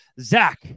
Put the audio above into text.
Zach